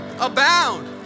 Abound